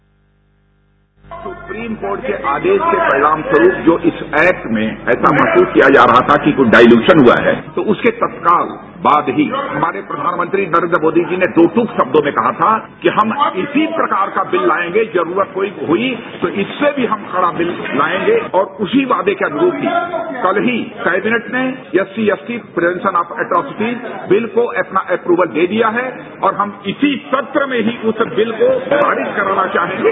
sound bite supreme court के आदेश के परिणामस्वरूप जो इस एक्ट में ऐसा महसूस किया जा रहा था कि कुछ डाइल्यूशन हुआ है तो उसके तत्काल बाद ही हमारे प्रधानमंत्री नरेन्द्र मोदी जी ने दो टूक शब्दों में कहा था कि हम इसी प्रकार का बिल लाएंगे जरूरत हुई तो इससे भी हम कड़ा बिल लाएंगे और उसी वायदे के अनुरूप ही कल ही कैबिनेट ने SC ST prevention of अटोप्सी bill को अपना अप्रूवल दे दिया है और हम इसी सत्र में ही उस बिल को पारित कराना चाहेंगे